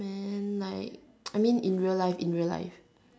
and like I mean in real life in real life